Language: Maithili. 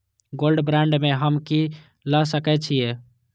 गोल्ड बांड में हम की ल सकै छियै?